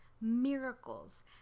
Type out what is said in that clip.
miracles